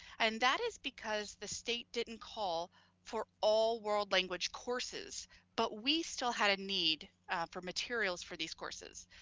and that is because the state didn't call for all world language courses but we still had a need for materials for these courses.